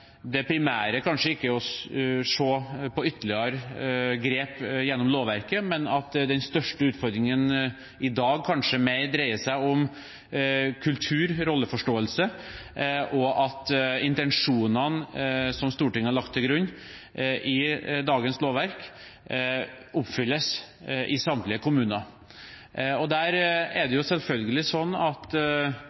det primære kanskje ikke er å se på ytterligere grep gjennom lovverket, men at den største utfordringen i dag kanskje mer dreier seg om kultur, rolleforståelse, og at intensjonene som Stortinget har lagt til grunn i dagens lovverk, oppfylles i samtlige kommuner. Der er det selvfølgelig sånn at